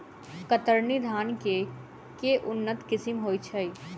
कतरनी धान केँ के उन्नत किसिम होइ छैय?